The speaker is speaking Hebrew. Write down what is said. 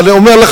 אני אומר לך,